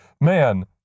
man